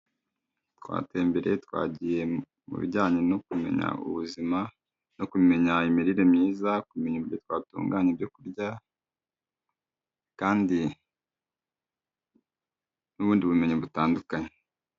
Twatembereye twagiye mu bijyanye no kumenya ubuzima, no kumenya imirire myiza, kumenya uko twatunganya ibyo kurya, kandi n'ubundi bumenyi butandukanye.